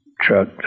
truck